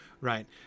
Right